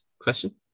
question